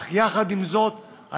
יחד עם זאת,